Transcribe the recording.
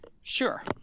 sure